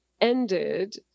ended